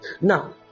Now